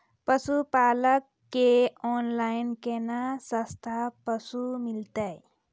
पशुपालक कऽ ऑनलाइन केना सस्ता पसु मिलतै?